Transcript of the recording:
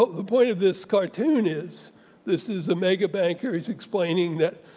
the point of this cartoon is this is a mega banker, he's explaining that